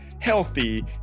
healthy